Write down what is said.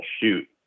shoot